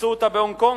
אימצו אותה בהונג-קונג,